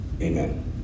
Amen